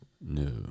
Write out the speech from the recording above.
no